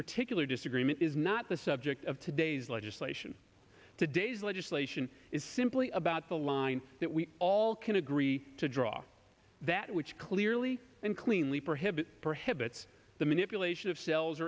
particular disagreement is not the subject of today's legislation today's legislation is simply about the line that we all can agree to draw that which clearly and cleanly prohibit for hits the manipulation of